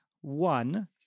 one